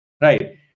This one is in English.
right